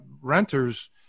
renters